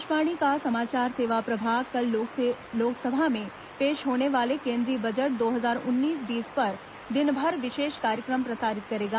आकाशवाणी का समाचार सेवा प्रभाग कल लोकसभा में पेश होने वाले केन्द्रीय बजट दो हजार उन्नीस बीस पर दिनभर विशेष कार्यक्रम प्रसारित करेगा